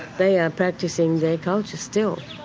they are practising their culture still.